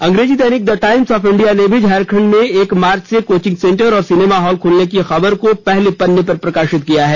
अंग्रेजी दैनिक the Times of India ने भी झारखंड में एक मार्च से कोचिंग सेंटर और सिनेमा हॉल खुलने की खबर को पहले पन्ने पर प्रकाशित किया है